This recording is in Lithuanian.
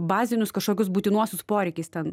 bazinius kažkokius būtinuosius poreikis ten